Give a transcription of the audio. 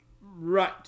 Right